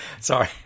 Sorry